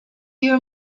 your